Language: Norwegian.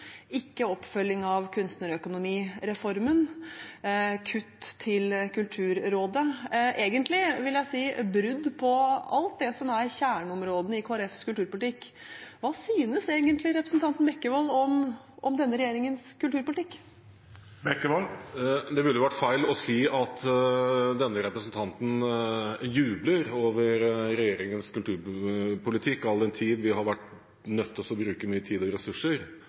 ikke oppfølging av kunstnerøkonomireformen, kutt til Kulturrådet – egentlig vil jeg si brudd på alt det som er kjerneområdene i Kristelig Folkepartis kulturpolitikk – hva synes egentlig representanten Bekkevold om denne regjeringens kulturpolitikk? Det ville vært feil å si at denne representanten jubler over regjeringens kulturpolitikk, all den tid vi har vært nødt til å bruke mye tid og ressurser